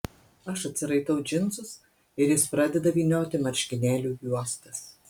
aš atsiraitau džinsus ir jis pradeda vynioti marškinėlių juostas